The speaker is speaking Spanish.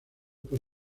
por